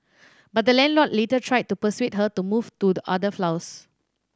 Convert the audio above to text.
but the landlord later tried to persuade her to move to the other floors